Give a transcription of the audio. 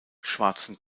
schwarzen